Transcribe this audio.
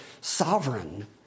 sovereign